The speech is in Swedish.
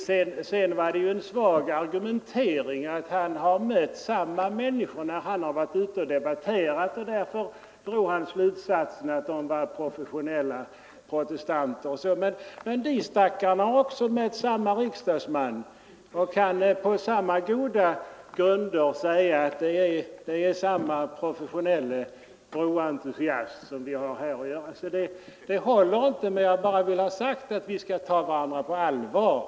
Sedan var det en svag argumentering när herr Komstedt sade att han mött samma människor när han varit ute och debatterat och att han därför dragit slutsatsen att det var professionella protestanter. Men de stackarna har också mött samma riksdagsman och kan på samma goda grunder säga att det är samma professionella broentusiasm som de har mött. Det håller inte. Jag ville bara ha sagt att vi skall ta varandra på allvar.